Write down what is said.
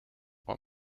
what